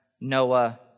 Noah